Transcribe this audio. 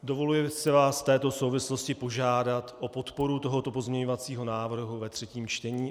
Dovoluji si vás v této souvislosti požádat o podporu tohoto pozměňovacího návrhu ve třetím čtení.